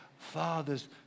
Father's